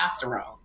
testosterone